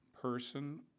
person